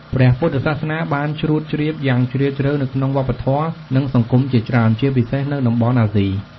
ព្រះពុទ្ធសាសនាបានជ្រួតជ្រាបយ៉ាងជ្រាលជ្រៅនៅក្នុងវប្បធម៌ និងសង្គមជាច្រើន ជាពិសេសនៅតំបន់អាស៊ី។